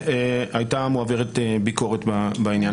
בוקר טוב לכולם.